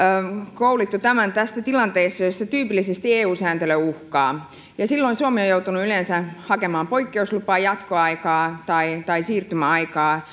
koulittu tämän tästä tilanteessa jossa tyypillisesti eu sääntely uhkaa silloin suomi on joutunut yleensä hakemaan poikkeuslupaa jatkoaikaa tai tai siirtymäaikaa